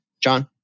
John